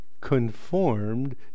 conformed